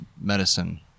medicine